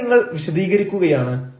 ഇവിടെ നിങ്ങൾ വിശദീകരിക്കുകയാണ്